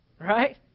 right